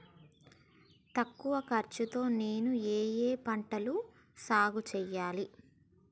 తక్కువ ఖర్చు తో నేను ఏ ఏ పంటలు సాగుచేయాలి?